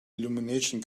illumination